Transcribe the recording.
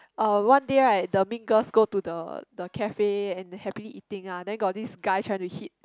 uh one day right the mean girls go to the the cafe and happily eating ah then got this guy trying to hit